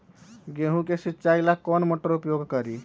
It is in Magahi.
गेंहू के सिंचाई ला कौन मोटर उपयोग करी?